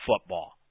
football